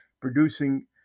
producing